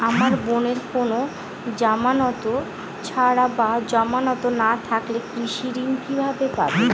আমার বোনের কোন জামানত ছাড়া বা জামানত না থাকলে কৃষি ঋণ কিভাবে পাবে?